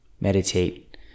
Meditate